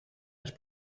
las